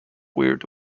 weird